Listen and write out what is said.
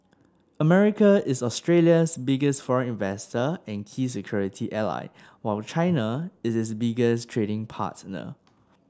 America is Australia's biggest foreign investor and key security ally while China is its biggest trading partner